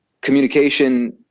Communication